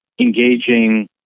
engaging